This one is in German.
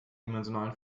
dimensionalen